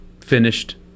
finished